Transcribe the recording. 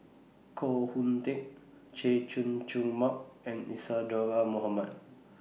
Koh Hoon Teck Chay Jung Jun Mark and Isadhora Mohamed